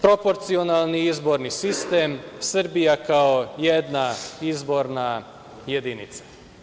Proporcionalni izborni sistem, Srbija kao jedna izborna jedinica.